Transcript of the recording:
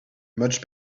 much